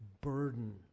burden